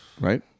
Right